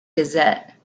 gazette